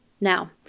Now